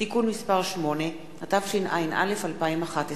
(תיקון, מימון הגנות חוף בים המלח), התשע”א 2011,